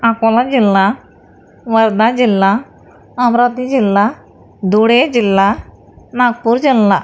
अकोला जिल्हा वर्धा जिल्हा अमरावती जिल्हा धुळे जिल्हा नागपूर जिल्हा